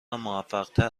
موفقتر